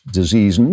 disease